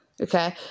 Okay